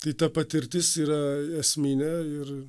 tai ta patirtis yra esminė ir